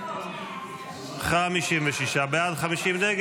56 בעד, 50 נגד.